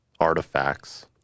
artifacts